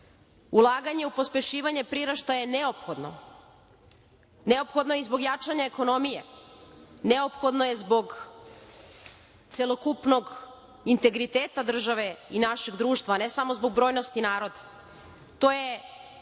Ulaganje u pospešivanje priraštaja je neophodno. Neophodno je i zbog jačanja ekonomije, neophodno je zbog celokupnog integriteta države i našeg društva, a ne samo zbog brojnosti naroda. To je